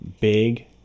big